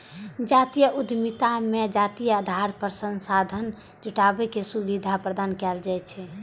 जातीय उद्यमिता मे जातीय आधार पर संसाधन जुटाबै के सुविधा प्रदान कैल जाइ छै